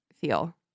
feel